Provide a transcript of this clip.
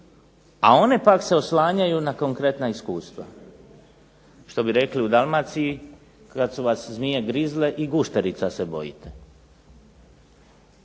a one pak se oslanjaju na konkretna iskustva, što bi rekli u Dalmaciji kad su vas zmije grizle i gušterica se bojite.